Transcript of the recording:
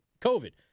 COVID